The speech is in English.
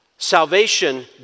Salvation